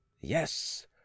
Yes